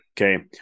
okay